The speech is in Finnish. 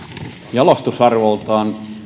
jalostusarvoltaan